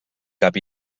cap